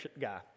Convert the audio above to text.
guy